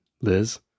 Liz